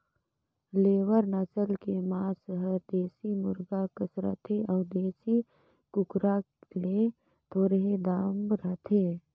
layer नसल के मांस हर देसी मुरगा कस रथे अउ देसी कुकरा ले थोरहें दाम रहथे